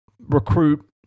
recruit